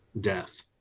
death